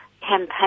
campaign